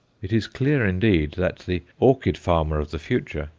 it is clear, indeed, that the orchid-farmer of the future,